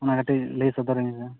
ᱚᱱᱟ ᱠᱟᱹᱴᱤᱡ ᱞᱟᱹᱭ ᱥᱚᱫᱚᱨᱟᱹᱧ ᱢᱮᱥᱮ